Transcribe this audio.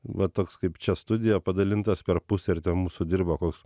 va toks kaip čia studija padalintas per pusę ir ten mūsų dirbo koks